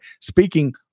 Speaking